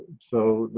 so,